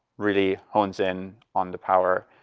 really hones in on the power.